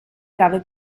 grave